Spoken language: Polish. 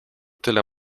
tyle